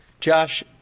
Josh